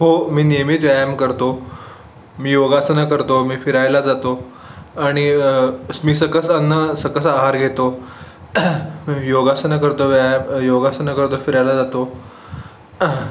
हो मी नियमित व्यायाम करतो मी योगासनं करतो मी फिरायला जातो आणि मी सकस अन्न सकस आहार घेतो मी योगासनं करतो व्यायाम योगासनं करतो फिरायला जातो